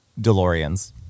DeLoreans